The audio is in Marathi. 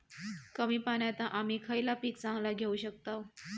कमी पाण्यात आम्ही खयला पीक चांगला घेव शकताव?